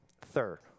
Third